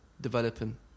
developing